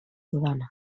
dudana